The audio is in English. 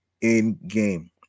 in-game